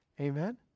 Amen